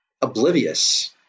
oblivious